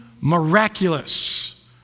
miraculous